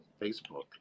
Facebook